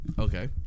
Okay